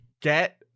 get